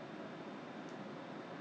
you mean 买那个 wheels ah the 轮子 ah